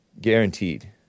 Guaranteed